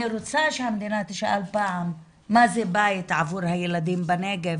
אני רוצה שהמדינה תשאל פעם מה זה בית עבור הילדים בנגב.